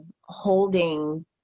holding